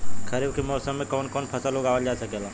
खरीफ के मौसम मे कवन कवन फसल उगावल जा सकेला?